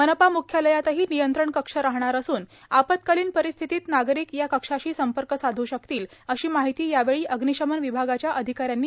मनपा मुख्यालयातही नियंत्रण कक्ष राहणार असून आपातकालीन परिस्थितीत नागरिक या कक्षाशी संपर्क साधू शकतीलए अशी माहिती यावेळी अग्निशमन विभागाच्या अधिकाऱ्यांनी दिली